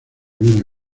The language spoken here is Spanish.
viene